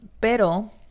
Pero